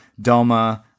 Doma